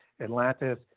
Atlantis